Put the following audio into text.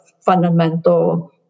fundamental